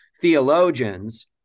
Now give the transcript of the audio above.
theologians